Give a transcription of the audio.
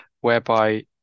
whereby